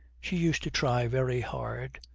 she used to try very hard,